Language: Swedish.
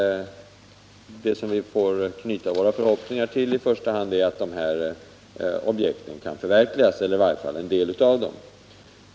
Det som vi i första hand får hoppas på är att kunna förverkliga dessa objekt eller i varje fall en del av dem.